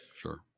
Sure